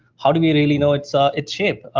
how do we really know its ah its shape?